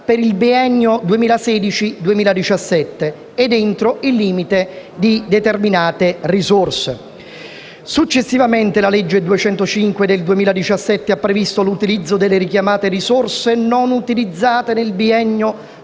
per il biennio 2016-2017 ed entro il limite di determinate risorse. Successivamente la legge n. 205 del 2017 ha previsto l'utilizzo delle richiamate risorse, non utilizzate nel biennio